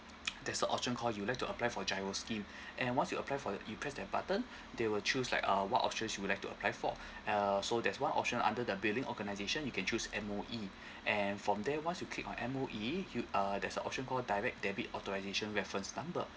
there's the option called you'd like to apply for giro scheme and once you apply for the you pressed that button they will choose like uh what options you would like to apply for and uh so there's one option under the billing organisation you can choose M_O_E and from there once you click on M_O_E you uh there's an option called direct debit authorisation reference number